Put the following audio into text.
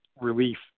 relief